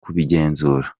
kubigenzura